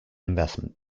investment